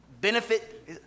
Benefit